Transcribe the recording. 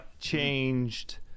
changed